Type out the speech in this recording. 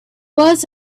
was